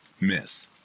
Miss